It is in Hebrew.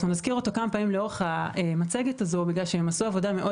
אנחנו נזכיר אותו כמה פעמים לאורך המצגת הזו מאחר והם עשו עבודה מאוד